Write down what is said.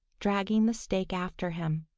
dragging the stake after him.